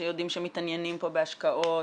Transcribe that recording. שיודעים שמתעניינים פה בהשקעות,